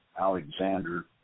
Alexander